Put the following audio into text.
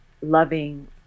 loving